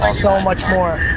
so much more.